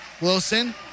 Wilson